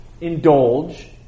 indulge